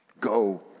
Go